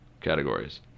categories